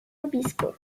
obispo